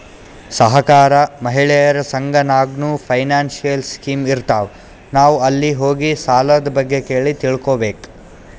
ಸಹಕಾರ, ಮಹಿಳೆಯರ ಸಂಘ ನಾಗ್ನೂ ಫೈನಾನ್ಸಿಯಲ್ ಸ್ಕೀಮ್ ಇರ್ತಾವ್, ನಾವ್ ಅಲ್ಲಿ ಹೋಗಿ ಸಾಲದ್ ಬಗ್ಗೆ ಕೇಳಿ ತಿಳ್ಕೋಬೇಕು